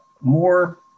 more